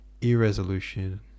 Irresolution